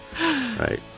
right